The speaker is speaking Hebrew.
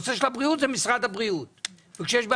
צריך להיות